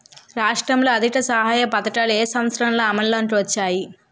రాష్ట్రంలో ఆర్థిక సహాయ పథకాలు ఏ సంవత్సరంలో అమల్లోకి వచ్చాయి?